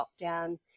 lockdown